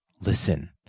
Listen